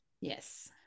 Yes